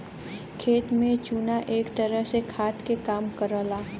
खेत में चुना एक तरह से खाद के काम करला